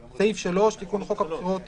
תיקון חוק הבחירות לכנסת,